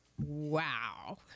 wow